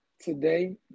today